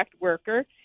worker